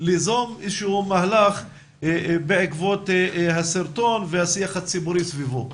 ליזום איזשהו מהלך בעקבות הסרטון והשיח הציבורי סביבו.